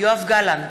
יואב גלנט,